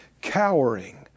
cowering